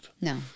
no